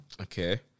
Okay